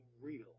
real